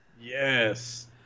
Yes